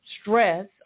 stress